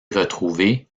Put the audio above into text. retrouvée